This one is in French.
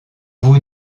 vous